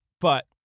But-